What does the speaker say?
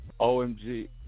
OMG